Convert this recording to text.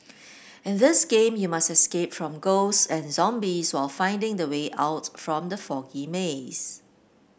in this game you must escape from ghosts and zombies while finding the way out from the foggy maze